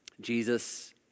Jesus